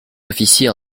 officiers